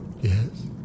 yes